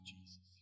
Jesus